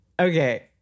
Okay